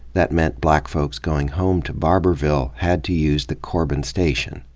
that meant black folks going home to barbourville had to use the corbin station.